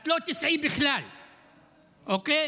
את לא תיסעי בכלל, אוקיי.